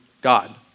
God